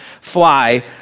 fly